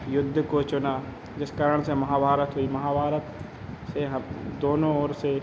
युद्ध को चुना जिस कारण से महाभारत हुई महाभारत से हम दोनों ओर से